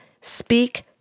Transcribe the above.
speak